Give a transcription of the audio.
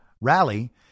rally